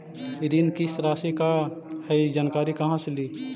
ऋण किस्त रासि का हई जानकारी कहाँ से ली?